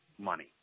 money